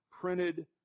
printed